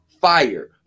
fire